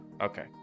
Okay